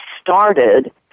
started